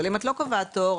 אבל אם את לא קובעת תור,